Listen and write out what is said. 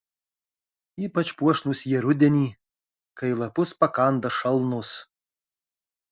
ypač puošnūs jie rudenį kai lapus pakanda šalnos